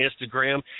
Instagram